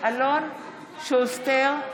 אלון שוסטר,